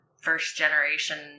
first-generation